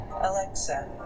Alexa